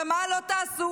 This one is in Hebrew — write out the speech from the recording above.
ומה לא תעשו?